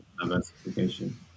diversification